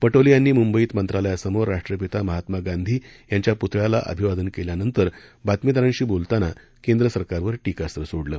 पटोले यांनी मुंबईत मंत्रालयासमोर राष्ट्रपिता महात्मा गांधी यांच्या पुतळ्याला अभिवादन केल्यानंतर बातमीदारांशी बोलतांना केंद्र सरकारवर टीकास्त्र सोडलं